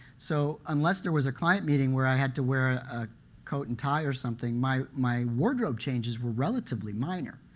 so unless there was a client meeting where i had to wear a coat and tie or something, my my wardrobe changes were relatively minor.